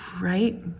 Right